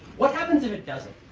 what happens if it doesn't?